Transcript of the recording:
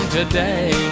today